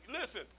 Listen